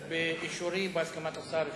באישורי, בהסכמת השר, אפשר.